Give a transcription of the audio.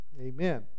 amen